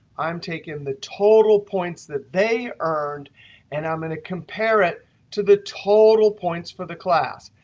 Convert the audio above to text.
i'm taking the total points that they earned and i'm going to compare it to the total points for the class.